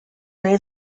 nahi